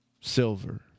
Silver